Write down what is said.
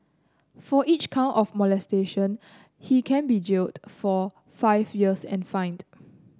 for each count of molestation he can't be jailed for five years and fined